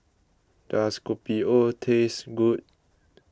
does Kopi O taste good